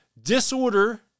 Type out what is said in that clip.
disorder